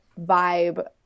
vibe